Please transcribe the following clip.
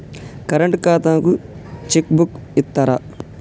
Current ఖాతాకు cheque book ఇత్తరా?